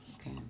Okay